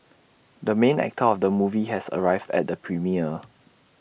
the main actor of the movie has arrived at the premiere